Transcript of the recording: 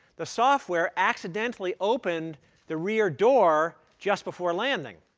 the software accidentally opened the rear door just before landing.